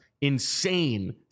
insane